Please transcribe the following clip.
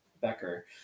Becker